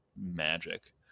magic